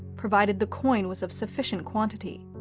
provided the coin was of sufficient quantity.